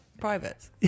private